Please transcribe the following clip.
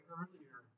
earlier